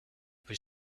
was